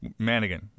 Manigan